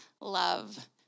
love